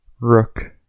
Rook